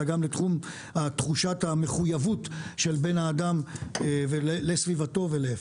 אלא גם לתחושת המחויבות של בן אדם לסביבתו ולהפך.